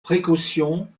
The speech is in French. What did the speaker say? précaution